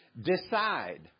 decide